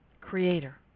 Creator